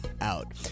out